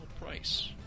price